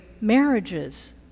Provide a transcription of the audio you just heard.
marriages